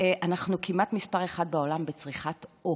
אנחנו כמעט מספר אחת בעולם בצריכת עוף.